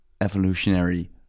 evolutionary